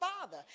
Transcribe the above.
father